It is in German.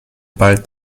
bald